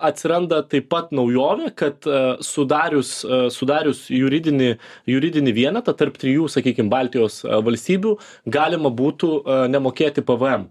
atsiranda taip pat naujovė kad sudarius sudarius juridinį juridinį vienetą tarp trijų sakykim baltijos valstybių galima būtų nemokėti pvm